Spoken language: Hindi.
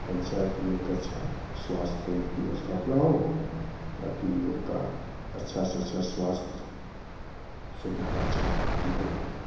पंचायत में एक अच्छा स्वास्थ्य केंद्र की स्थापना हो ताकि लोग का अच्छा से अच्छा स्वास्थ्य सुविधा अच्छा मुहैया हो